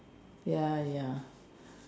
ya ya